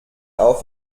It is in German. auf